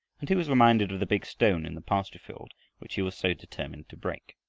and he was reminded of the big stone in the pasture-field which he was so determined to break.